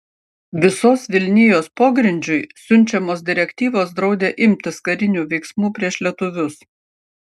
visos vilnijos pogrindžiui siunčiamos direktyvos draudė imtis karinių veiksmų prieš lietuvius